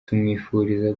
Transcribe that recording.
tumwifuriza